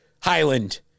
Highland